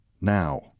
now